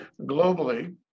globally